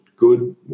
Good